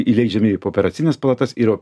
įleidžiami ir pooperacines palatas ir